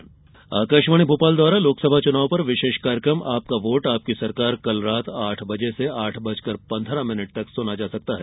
विशेष कार्यक्रम आकाशवाणी भोपाल द्वारा लोकसभा चुनाव पर विशेष कार्यक्रम आपका वोट आपकी सरकार कल रात आठ बजे से आठ बजकर पन्द्रह मिनट तक सुना जा सकता है